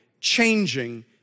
changing